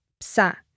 psa